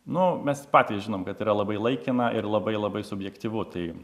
nu mes patys žinom kad yra labai laikina ir labai labai subjektyvu tai